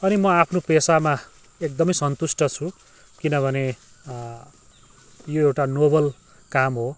अनि म आफ्नो पेसामा एकदमै सन्तुष्ट छु किनभने यो एउटा नोबल काम हो